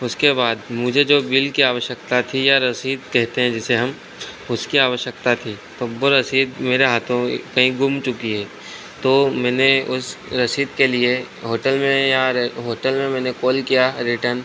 उसके बाद मुझे जो बिल की आवश्यकता थी या रसीद कहते हैं जिसे हम उसकी आवश्यकता थी तो वह रसीद मेरे हाथों ए कहीं गुम चुकी है तो मैंने उस रसीद के लिए होटल में या होटल में मैंने कॉल किया रिटन